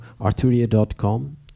Arturia.com